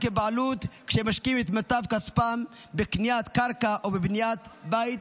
בבעלות כשהם משקיעים את מיטב כספם בקניית קרקע או בבניית בית.